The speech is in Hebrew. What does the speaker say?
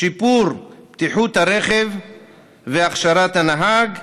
שיפור בטיחות הרכב והכשרת הנהג,